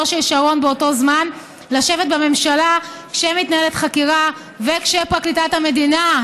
של שרון באותו זמן לשבת בממשלה כשמתנהלת חקירה וכשפרקליטת המדינה,